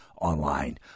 online